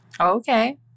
Okay